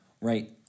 Right